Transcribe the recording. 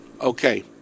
Okay